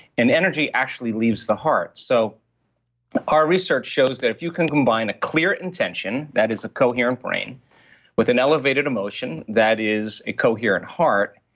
and energy actually leaves the heart so our research shows that if you can combine a clear intention, that is a coherent brain with an elevated emotion, that is a coherent heart,